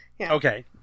Okay